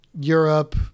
Europe